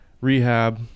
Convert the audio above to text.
rehab